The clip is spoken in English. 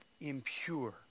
impure